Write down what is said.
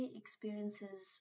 experiences